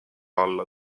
alla